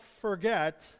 forget